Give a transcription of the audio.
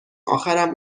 اخرم